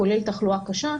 כולל תחלואה קשה,